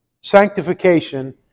sanctification